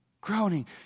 Groaning